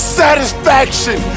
satisfaction